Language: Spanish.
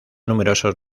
numerosos